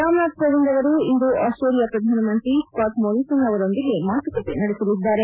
ರಾಮನಾಥ್ ಕೋವಿಂದ್ ಅವರು ಇಂದು ಆಸ್ಟ್ರೇಲಿಯಾ ಪ್ರಧಾನಮಂತ್ರಿ ಸ್ಕಾಟ್ ಮೊರಿಸನ್ ಅವರೊಂದಿಗೆ ಮಾತುಕತೆ ನಡೆಸಲಿದ್ದಾರೆ